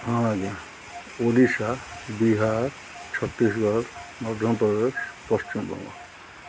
ହଁ ଆଜ୍ଞା ଓଡ଼ିଶା ବିହାର ଛତିଶଗଡ଼ ମଧ୍ୟପ୍ରଦେଶ ପଶ୍ଚିମବଙ୍ଗ